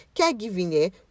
caregiving